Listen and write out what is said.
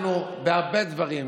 השר פריג', אנחנו, בהרבה דברים,